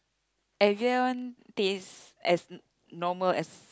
Evian tastes as normal as